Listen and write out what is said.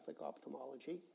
ophthalmology